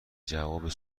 جواب